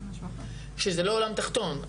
שזה לא עולם תחתון.